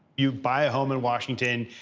you buy a home in washington,